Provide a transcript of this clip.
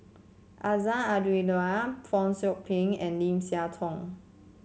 Azman Abdullah Fong Chong Pik and Lim Siah Tong